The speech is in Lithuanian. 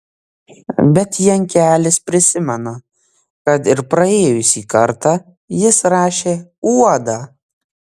bet jankelis prisimena kad ir praėjusį kartą jis rašė uodą